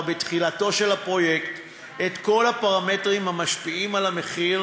בתחילתו של הפרויקט את כל הפרמטרים המשפיעים על המחיר,